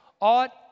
ought